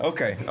Okay